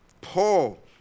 Paul